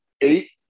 eight